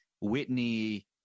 Whitney